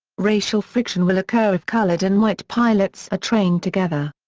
racial friction will occur if colored and white pilots are trained together.